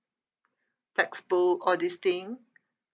textbook all this thing